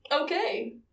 okay